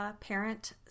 parent